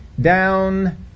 down